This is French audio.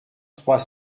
trois